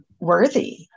worthy